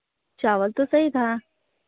चावल तो सही था